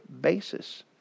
basis